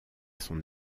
son